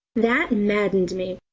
that maddened me,